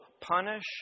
punish